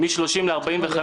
מ-30 ל-45,